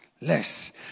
less